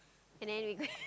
and then we go and